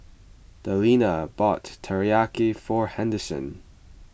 Delina bought Teriyaki for Henderson